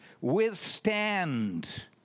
withstand